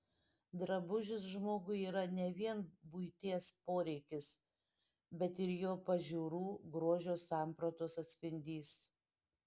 drabužis žmogui yra ne vien buities poreikis bet ir jo pažiūrų grožio sampratos atspindys